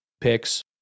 picks